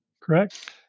correct